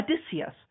Odysseus